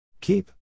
Keep